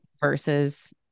Versus